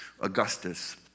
Augustus